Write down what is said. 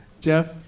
Jeff